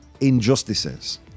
injustices